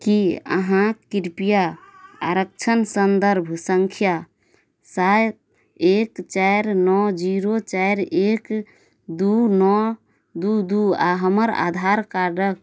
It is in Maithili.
कि अहाँ कृपया आरक्षण सन्दर्भ सँख्या सात एक चारि नओ जीरो चारि एक दुइ नओ दुइ दुइ आओर हमर आधार कार्डके